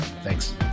Thanks